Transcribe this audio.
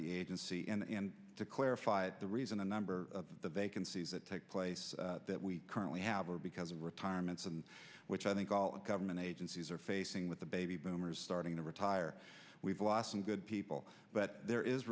the agency and to clarify the reason a number of the vacancies that take place that we currently have are because of retirements and which i think all of government agencies are facing with the baby boomers starting to retire we've lost some good people but there is